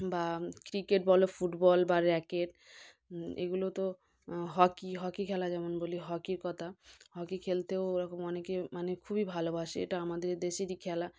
বা ক্রিকেট বলো ফুটবল বা র্যাকেট এগুলোতো হকি হকি খেলা যেমন বলি হকির কথা হকি খেলতেও ওরকম অনেকে মানে খুবই ভালোবাসে এটা আমাদের দেশেরই খেলা